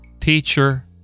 teacher